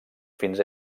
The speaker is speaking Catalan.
fins